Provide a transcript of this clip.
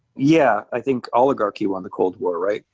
yeah, i think oligarchy won the cold war, right?